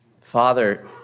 Father